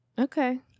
Okay